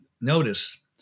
notice